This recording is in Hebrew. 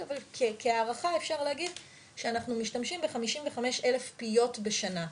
אבל כהערכה אפשר להגיד שאנחנו משתמשים ב- 55,000 פיות בשנה.